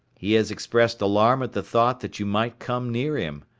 he has expressed alarm at the thought that you might come near him.